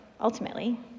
ultimately